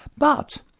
but,